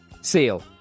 Seal